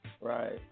right